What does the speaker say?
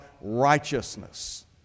righteousness